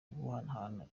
guhangana